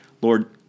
Lord